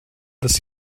das